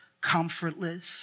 comfortless